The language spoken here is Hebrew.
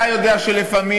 אתה יודע שלפעמים,